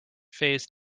phase